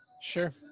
sure